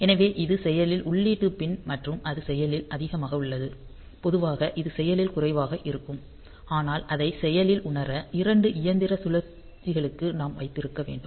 எனவே இது செயலில் உள்ளீட்டு பின் மற்றும் அது செயலில் அதிகமாக உள்ளது பொதுவாக இது செயலில் குறைவாக இருக்கும் ஆனால் அதை செயலில் உணர இரண்டு இயந்திர சுழற்சிகளுக்கு நாம் வைத்திருக்க வேண்டும்